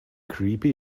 creepy